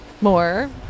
more